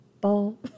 ball